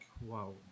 wow